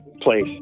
place